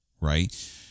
right